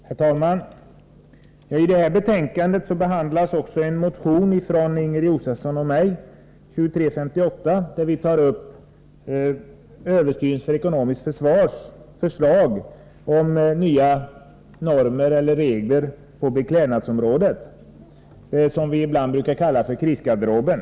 Herr talman! I det nu aktuella betänkandet behandlas också motion 2358 av Inger Josefsson och mig. Vi tar där upp förslaget från överstyrelsen för ekonomiskt försvar om nya regler för beklädnadsomådet. Förslaget gäller det vi ibland brukar kalla krisgarderoben.